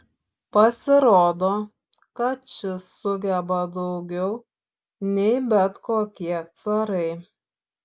pasirodo kad šis sugeba daugiau nei bet kokie carai